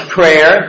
prayer